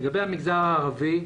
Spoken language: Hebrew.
לגבי המגזר הערבי.